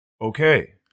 Okay